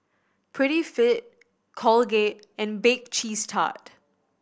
Prettyfit Colgate and Bake Cheese Tart